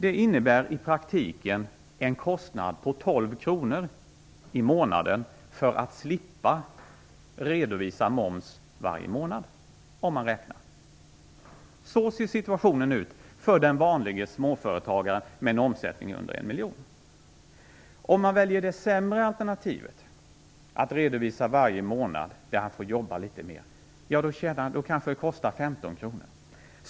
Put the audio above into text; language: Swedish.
Det innebär i praktiken en kostnad på 12 kr i månaden för att slippa redovisa moms varje månad. Så ser situationen ut för den vanlige småföretagaren med en omsättning under 1 miljon. Om man väljer det sämre alternativet att redovisa varje månad innebär det att man får jobba litet mer och att det kanske kostar 15 kr.